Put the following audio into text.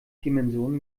dimension